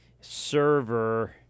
server